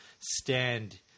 stand